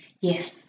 Yes